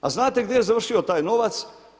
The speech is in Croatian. A znate gdje je završio taj novac?